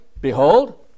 Behold